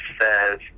says